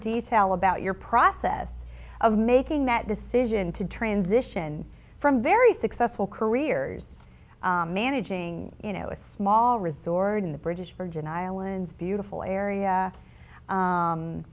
detail about your process of making that decision to transition from very successful careers managing you know a small restored in the british virgin islands beautiful area